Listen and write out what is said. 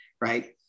right